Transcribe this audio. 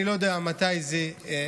אני לא יודע מתי זה יוקם.